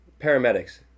paramedics